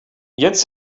jetzt